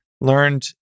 learned